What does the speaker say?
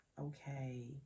okay